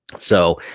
so,